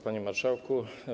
Panie Marszałku!